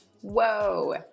whoa